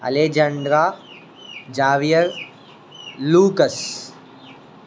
Alejandra Javier లూకస్